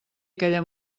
aquella